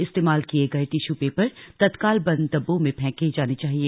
इस्तेमाल किये गये टिश्यू पेपर तत्काल बंद डिब्बों में फेंके जाने चाहिए